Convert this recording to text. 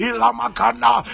Ilamakana